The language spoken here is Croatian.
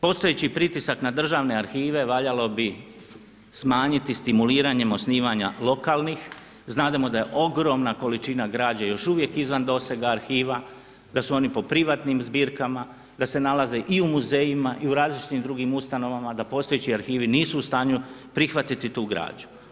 Postojeći pritisak na državne arhive, valjalo bi smanjiti stimuliranjem osnivanjem lokalnih, znademo da je ogromna količina građe još uvijek izvan dosega arhiva, da su oni po privatnim zbirkama, da se nalaze i u muzejima i u različitim drugim ustanovama, da postojeći arhivi nisu u stanju prihvatiti tu građu.